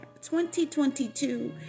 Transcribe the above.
2022